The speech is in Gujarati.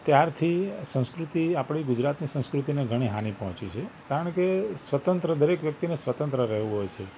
ત્યારથી સંસ્કૃતિ આપણી ગુજરાતી સંસ્કૃતિને ઘણી હાનિ પહોંચી છે કારણ કે સ્વતંત્ર દરેક વ્યક્તિને સ્વતંત્ર રહેવું હોય છે